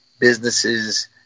businesses